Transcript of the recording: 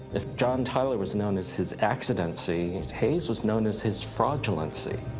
if john tyler was known as his accidency, hayes was known as his fraudulency.